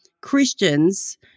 Christians